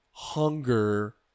Hunger